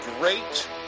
great